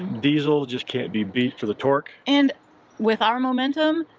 diesel just can't be beat for the tork. and with our momentum,